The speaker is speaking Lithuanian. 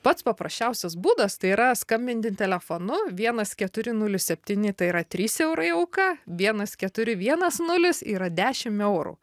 pats paprasčiausias būdas tai yra skambinti telefonu vienas keturi nulis septyni tai yra trys eurai auka vienas keturi vienas nulis yra dešimt eurų